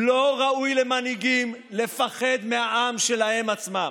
לא ראוי למנהיגים לפחד מהעם שלהם עצמם.